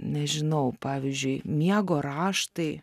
nežinau pavyzdžiui miego raštai